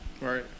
Right